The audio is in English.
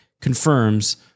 confirms